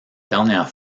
dernière